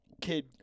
kid